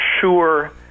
sure